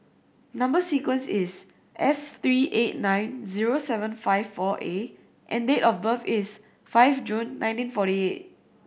number sequence is S three eight nine zero seven five four A and date of birth is five June nineteen forty eight